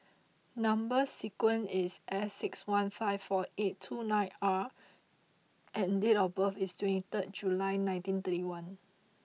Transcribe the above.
number sequence is S six one five four eight two nine R and date of birth is twenty third July nineteen thirty one